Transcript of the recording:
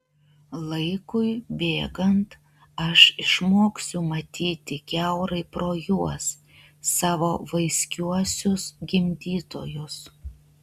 laikui bėgant aš išmoksiu matyti kiaurai pro juos savo vaiskiuosius gimdytojus